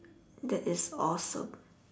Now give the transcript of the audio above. that is awesome